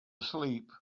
asleep